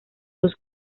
dos